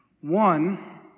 One